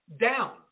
down